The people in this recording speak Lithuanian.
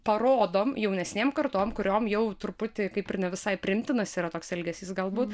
parodom jaunesnėm kartom kuriom jau truputį kaip ir ne visai priimtinas yra toks elgesys galbūt